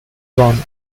drawn